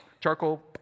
charcoal